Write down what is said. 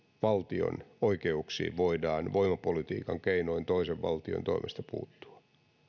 valtion oikeuksiin voidaan voimapolitiikan keinoin toisen valtion toimesta puuttua